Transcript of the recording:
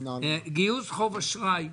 גיוס חוב אשראי,